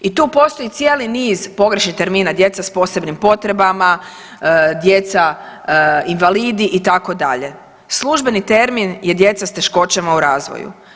I tu postoji cijeli niz pogrešnih termina, djeca s posebnim potrebama, djeca invalidi itd., službeni termin je djeca s teškoćama u razvoju.